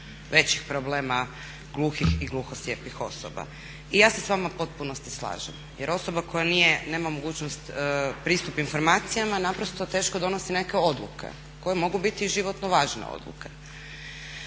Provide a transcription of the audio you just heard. većih problema gluhih i gluho slijepih osoba i ja se s vama u potpunosti slažem. Jer osoba koja nije, nema mogućnost pristup informacijama naprosto teško donosi neke odluke koje mogu biti i životno važne odluke.